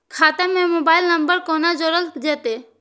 खाता से mobile number कोना जोरल जेते?